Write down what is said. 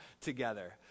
together